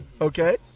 Okay